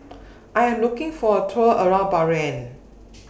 I Am looking For A Tour around Bahrain